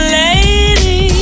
lady